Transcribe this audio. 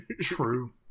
True